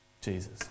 Jesus